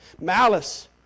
Malice